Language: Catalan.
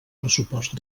pressupost